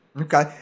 Okay